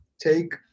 take